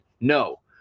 no